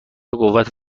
قوت